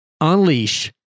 Unleash